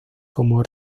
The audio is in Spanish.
como